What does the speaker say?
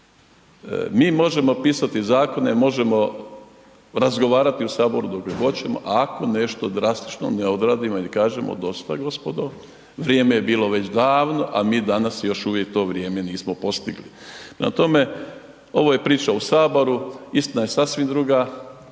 Mi možemo pisati zakone, možemo razgovarati u HS dokle hoćemo, a ako nešto drastično ne odradimo ili kažemo dosta gospodo, vrijeme je bilo već davno, a mi danas još uvijek to vrijeme nismo postigli. Prema tome, ovo je priča u HS, istina je sasvim druga,